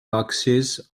boxes